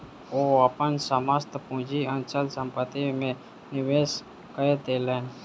ओ अपन समस्त पूंजी अचल संपत्ति में निवेश कय देलैन